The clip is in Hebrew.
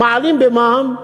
מעלים מע"מ,